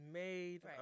made